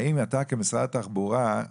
האם אתה, כמשרד התחבורה,